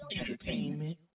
Entertainment